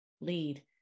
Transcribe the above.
lead